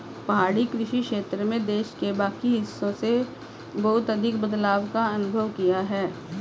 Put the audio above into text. पहाड़ी कृषि क्षेत्र में देश के बाकी हिस्सों से बहुत अधिक बदलाव का अनुभव किया है